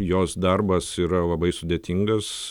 jos darbas yra labai sudėtingas